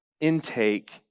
intake